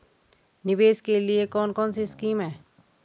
निवेश के लिए कौन कौनसी स्कीम हैं?